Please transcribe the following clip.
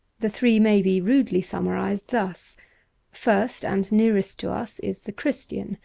the three may be rudely summarized thus first and nearest to us is the christian,